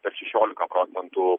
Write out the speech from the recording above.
per šešiolika procentų